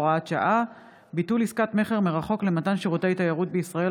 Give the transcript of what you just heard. הוראת שעה) (ביטול עסקת מכר מרחוק למתן שירותי תיירות בישראל),